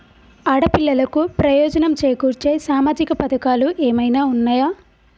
ఆడపిల్లలకు ప్రయోజనం చేకూర్చే సామాజిక పథకాలు ఏమైనా ఉన్నయా?